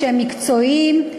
כשהם מקצועיים,